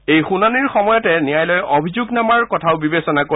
এই শুনানীৰ সময়তে ন্যায়ালয়ে অভিযোগনামাখনৰ কথাও বিবেচনা কৰিব